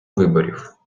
виборів